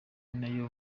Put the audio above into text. nayo